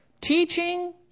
Teaching